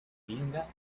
vinga